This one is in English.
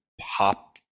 pop